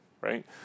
right